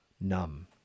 numb